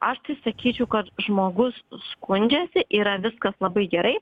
aš tai sakyčiau kad žmogus skundžiasi yra viskas labai gerai